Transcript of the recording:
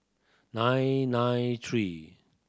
nine nine three